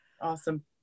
awesome